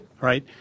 right